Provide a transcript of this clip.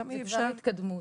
זה כבר התקדמות,